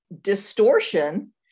distortion